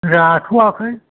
राथ'वाखै